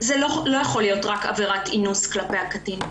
זה לא יכול להיות רק עבירת אינוס כלפי הקטין.